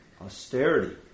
austerity